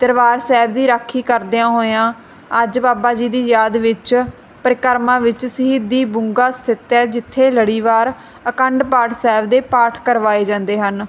ਦਰਬਾਰ ਸਾਹਿਬ ਦੀ ਰਾਖੀ ਕਰਦਿਆਂ ਹੋਇਆਂ ਅੱਜ ਬਾਬਾ ਜੀ ਦੀ ਯਾਦ ਵਿੱਚ ਪਰਿਕਰਮਾ ਵਿੱਚ ਸ਼ਹੀਦੀ ਬੁੰਗਾ ਸਥਿਤ ਹੈ ਜਿੱਥੇ ਲੜੀਵਾਰ ਅਖੰਡ ਪਾਠ ਸਾਹਿਬ ਦੇ ਪਾਠ ਕਰਵਾਏ ਜਾਂਦੇ ਹਨ